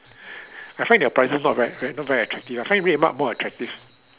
I find their prices not very not very attractive I find RedMart more attractive